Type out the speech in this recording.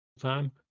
time